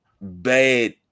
bad